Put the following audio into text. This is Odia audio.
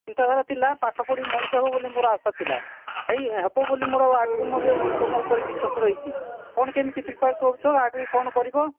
ଚିନ୍ତାଧାରା ଥିଲା ପାଠପଢ଼ି ମଣିଷ ହେବ ବୋଲି ମୋର ଆଶା ଥିଲା ହେବ ବୋଲି ଆଗକୁ ମଧ୍ୟ ତୁମ ଉପରେ ବିଶ୍ୱାସ ରହିଛି କ'ଣ କେମିତି ପ୍ରିପେୟାର କରୁଛ ଆଗକୁ କ'ଣ କରିବ